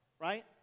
right